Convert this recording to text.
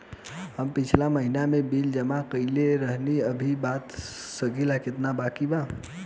हम पिछला महीना में बिल जमा कइले रनि अभी बता सकेला केतना बाकि बा?